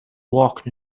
walked